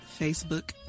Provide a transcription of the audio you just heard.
Facebook